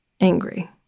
angry